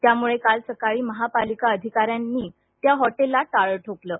त्यामुळे काल सकाळी महापालिका अधिकाऱ्यांनी त्या हॉटेलला टाळं ठोकलं आहे